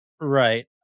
Right